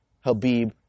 Habib